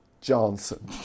johnson